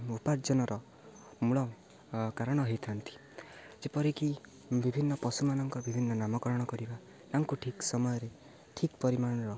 ଉପାର୍ଜନର ମୂଳ କାରଣ ହେଇଥାନ୍ତି ଯେପରିକି ବିଭିନ୍ନ ପଶୁମାନଙ୍କର ବିଭିନ୍ନ ନାମକରଣ କରିବା ତାଙ୍କୁ ଠିକ୍ ସମୟରେ ଠିକ୍ ପରିମାଣର